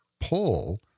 pull